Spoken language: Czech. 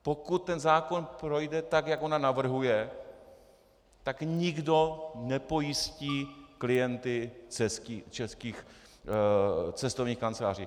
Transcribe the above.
Pokud ten zákon projde tak, jak ona navrhuje, tak nikdo nepojistí klienty českých cestovních kanceláří.